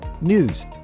News